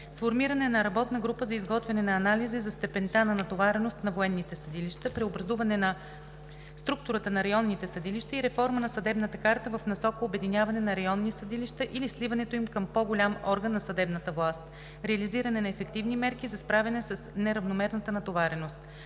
сформиране на работна група за изготвяне на анализи за степента на натовареност на военните съдилища; преобразуване на структурата на районните съдилища и реформа на съдебната карта в насока обединяване на районни съдилища или сливането им към по-голям орган на съдебната власт; реализиране на ефективни мерки за справяне с неравномерната натовареност.